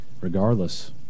regardless